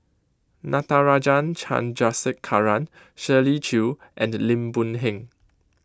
Natarajan Chandrasekaran Shirley Chew and Lim Boon Heng